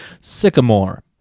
Sycamore